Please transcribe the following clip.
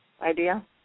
idea